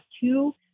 two